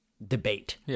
debate